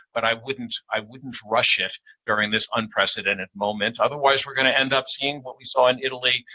but i wouldn't i wouldn't rush it during this unprecedented moment. otherwise, we're going to end up seeing what we saw in italy.